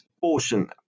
portion